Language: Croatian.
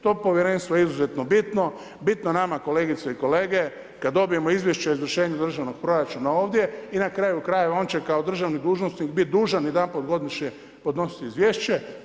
To Povjerenstvo je izuzetno bitno, bitno nama kolegice i kolege, kad dobijemo izvješće o izvršenju državnog proračuna ovdje i na kraju-krajeva on će kao državni dužnosnik biti dužan jedan put godišnje podnositi izvješće.